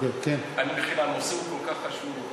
מכיוון שהנושא הוא כל כך חשוב,